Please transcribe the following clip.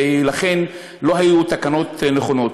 ולכן לא היו תקנות נכונות.